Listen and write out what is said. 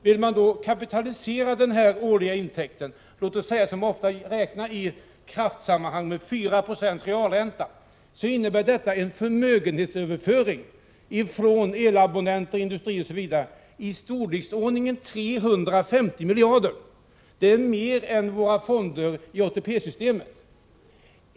Om man kapitaliserar denna årliga intäkt med låt oss säga 4 26 realränta, som ofta görs i kärnkraftssammanhang, innebär detta en förmögenhetsöverföring från elabonnenter, industrin osv. i storleksordningen 350 miljarder. Det är mer än vad som är fallet när det gäller våra fonder i ATP-systemet.